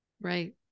Right